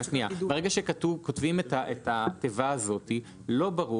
ברגע שכותבים את התיבה הזאת לא ברור